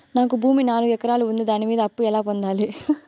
నాకు భూమి నాలుగు ఎకరాలు ఉంది దాని మీద అప్పు ఎలా పొందాలి?